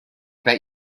bet